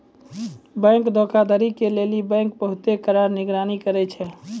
bank धोखाधड़ी के लेली बैंक बहुते कड़ा निगरानी करै छै